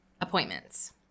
appointments